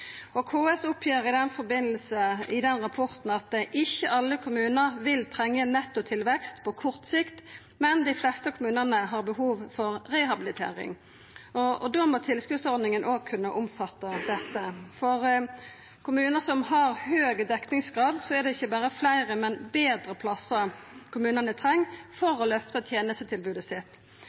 KS oppgir i samband med det – i den rapporten – at ikkje alle kommunar vil trenga netto tilvekst på kort sikt, men dei fleste kommunane har behov for rehabilitering. Då må tilskotsordninga òg kunna omfatta dette. For kommunar som har høg dekningsgrad, er det ikkje berre fleire, men betre plassar kommunane treng for å løfta tenestetilbodet sitt.